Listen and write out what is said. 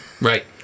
Right